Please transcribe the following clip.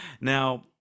Now